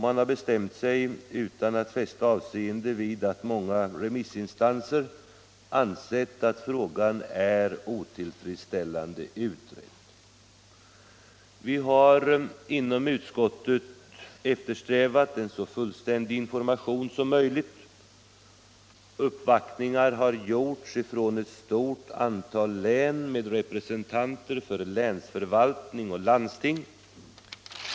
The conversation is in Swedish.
Man har bestämt sig utan att fästa avseende vid att många remissinstanser ansett att frågan är otillfredsställande utredd. Vi har inom utskottet eftersträvat en så fullständig information som möjligt. Uppvaktningar har gjorts från ett stort antal län med representanter för länsförvaltning och landsting.